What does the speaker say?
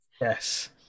Yes